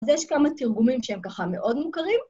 אז יש כמה תרגומים שהם ככה מאוד מוכרים.